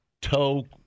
toe